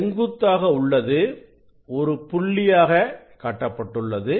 செங்குத்தாக உள்ளது ஒரு புள்ளியாக காட்டப்பட்டுள்ளது